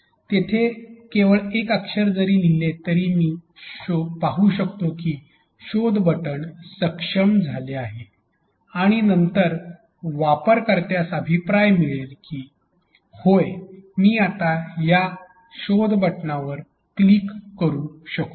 तिथे केवळ एक अक्षर जरी लिहिले तरी मी पाहू शकतो की शोध बटण सक्षम झाले आहे आणि नंतर वापरकर्त्यास अभिप्राय मिळेल की होय मी आता शोध बटणावर क्लिक करू शकतो